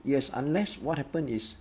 yes unless what happened is